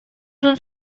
уутун